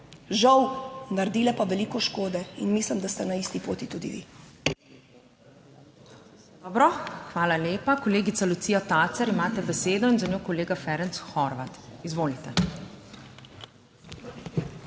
žal, naredile pa veliko škode in mislim, da ste na isti poti tudi vi.